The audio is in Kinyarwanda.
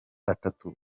atatu